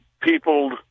people